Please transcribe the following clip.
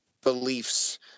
beliefs